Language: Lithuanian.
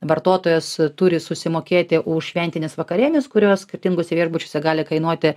vartotojas turi susimokėti už šventines vakarienes kurios skirtinguose viešbučiuose gali kainuoti